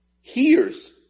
hears